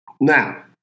Now